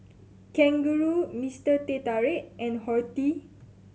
Kangaroo Mister Teh Tarik and Horti